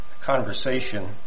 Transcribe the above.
conversation